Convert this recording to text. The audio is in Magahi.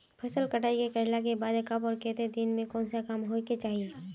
फसल कटाई करला के बाद कब आर केते दिन में कोन सा काम होय के चाहिए?